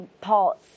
Paul